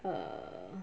err